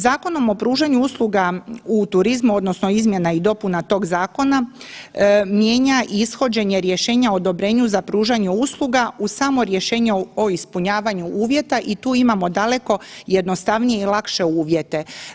Zakonom o pružanju usluga u turizmu, odnosno izmjena i dopuna tog zakona, mijenja ishođenje rješenja o odobrenju za pružanje usluga uz samo rješenje o ispunjavanju uvjeta i tu imamo daleko jednostavnije i lakše uvjete.